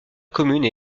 commune